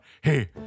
Hey